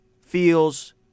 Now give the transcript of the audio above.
feels